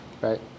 Right